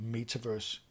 Metaverse